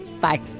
Bye